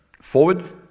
forward